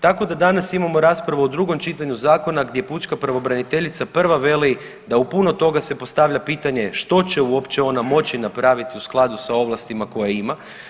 Tako da danas imamo raspravu o drugom čitanju zakona gdje pučka pravobraniteljica prva veli da u puno toga se postavlja pitanje što će uopće ona moći napraviti u skladu sa ovlastima koje ima.